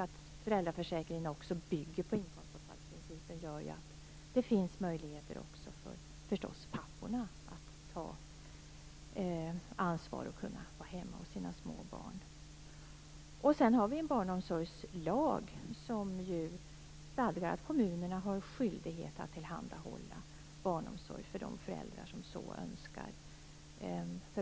Att föräldraförsäkringen också bygger på inkomstbortfallsprincipen, gör förstås att det också finns möjligheter för papporna att kunna ta ansvar och vara hemma hos sina små barn. Sedan har vi ju en barnomsorgslag som stadgar att kommunerna har en skyldighet att utan oskäligt dröjsmål tillhandahålla barnomsorg för